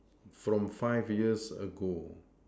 from five years ago